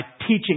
teaching